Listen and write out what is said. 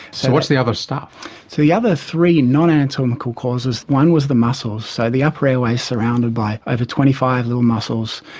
so what's the other stuff? so the other three non-anatomical causes, one was the muscles. so the upper airway is surrounded by over twenty five little muscles,